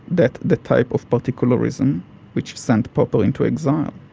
that the type of particularism which sent popper into exile,